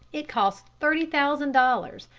it cost thirty thousand dollars,